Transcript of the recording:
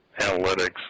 analytics